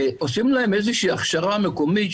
עושים להם איזושהי הכשרה מקומית,